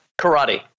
Karate